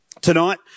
tonight